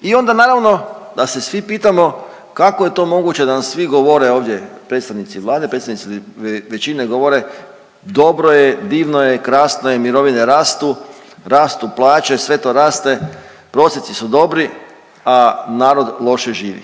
I onda naravno da se svi pitamo kako je to moguće da nam svi govore ovdje i predstavnici Vlade i predstavnici većine govore dobro je, divno je, krasno je, mirovine rastu, rastu plaće, sve to raste, prosjeci su dobri, a narod loše živi.